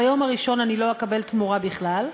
ביום הראשון אני לא אקבל תמורה בכלל,